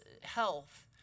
health